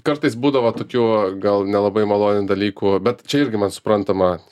kartais būdavo tokių gal nelabai malonių dalykų bet čia irgi man suprantama